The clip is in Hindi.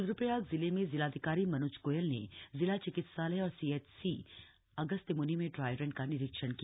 रुद्रप्रयाग जिले में जिलाधिकारी मनुज गोयल ने जिला चिकित्सालय और सीएचसी अगस्त्यम्नि में ड्राईरन का निरीक्षण किया